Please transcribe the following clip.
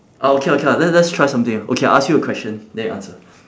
ah okay lah okay lah le~ let's try something ah okay I ask you a question then you answer